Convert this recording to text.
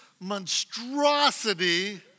monstrosity